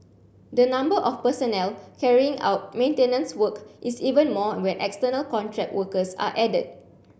the number of personnel carrying out maintenance work is even more when external contract workers are added